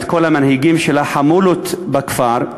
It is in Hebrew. את כל המנהיגים של החמולות בכפר,